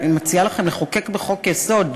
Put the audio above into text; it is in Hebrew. אני מציעה לכם לחוקק בחוק-יסוד,